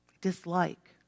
dislike